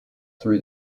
through